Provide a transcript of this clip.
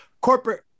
corporate